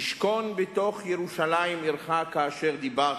תשכון בתוך ירושלים עירך כאשר דיברת,